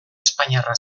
espainiarra